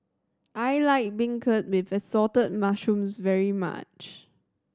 I like beancurd with Assorted Mushrooms very much